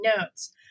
notes